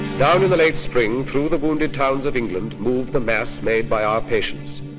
down in the late spring, through the wounded towns of england moved the mess made by our patience.